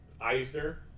Eisner